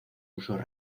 usos